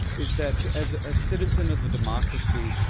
is that as a citizen of a democracy,